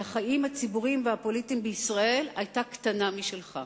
החיים הציבוריים והפוליטיים בישראל היתה קטנה משלך.